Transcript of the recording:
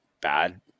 bad